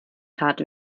tat